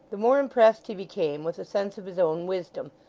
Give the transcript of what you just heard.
the more impressed he became with a sense of his own wisdom,